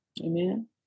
Amen